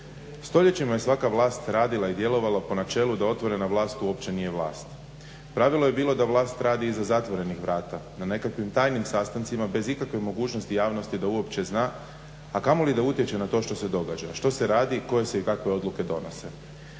Stoljećima je svaka vlast radila djelovala po načelu da otvorena vlast uopće nije vlast. Pravilo je bilo da vlast radi iza zatvorenih vrata, na nekakvim tajnim sastancima bez ikakve mogućnosti javnosti da uopće zna, a kamoli da utječe na to što se događa, što se radi, i koje se i kakve odluke donose.